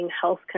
health